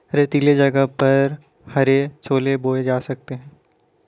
रेतीले जगह पर हरे छोले बोए जा सकते हैं